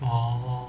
orh